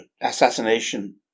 assassination